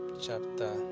chapter